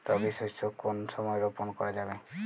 রবি শস্য কোন সময় রোপন করা যাবে?